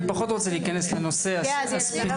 אני פחות רוצה להיכנס לנושא הספציפי.